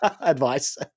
advice